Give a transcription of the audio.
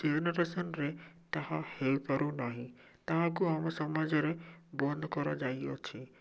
ଜେନେରେସନରେ ତାହା ହେଇପାରୁନାହିଁ ତାହାକୁ ଆମ ସମାଜରେ ବନ୍ଦ କରାଯାଇଅଛି